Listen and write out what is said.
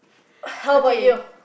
how bout you